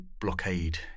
Blockade